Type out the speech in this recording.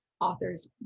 authors